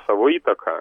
savo įtaką